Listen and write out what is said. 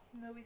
No